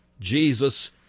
Jesus